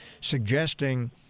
suggesting